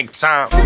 time